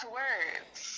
words